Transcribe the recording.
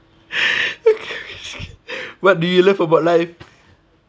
what do you love about life